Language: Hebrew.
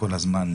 כל הזמן,